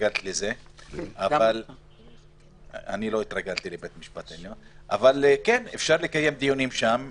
אבל כן אפשר לקיים שם דיונים.